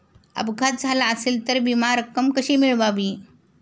अपघात झाला असेल तर विमा रक्कम कशी मिळवावी?